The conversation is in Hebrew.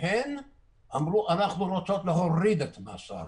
והן אמרו: אנחנו רוצות להוריד את מס הארנונה,